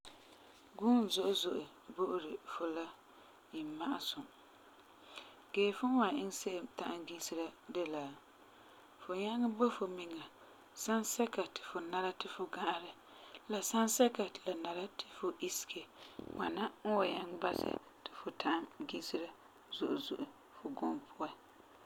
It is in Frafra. Guum zo'e zo'e bo'ori fu la imma'asum. Gee fum n wan iŋɛ se'em ta'am gise la de la fu nyaŋɛ bo fu miŋa sansɛka ti fu nara ti fu ga'arɛ, la sansɛka ti la nara ti fu isege. Ŋwana n wan ta'am basɛ ti fu gise zo'e zo'e fu guum puan.